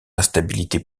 instabilité